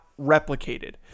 replicated